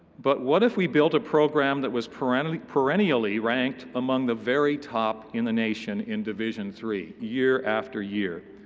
but what if we built a program that was perennially perennially ranked among the very top in the nation in division iii? year after year.